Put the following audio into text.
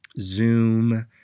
Zoom